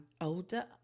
Older